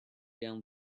down